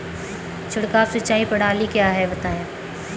छिड़काव सिंचाई प्रणाली क्या है बताएँ?